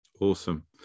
Awesome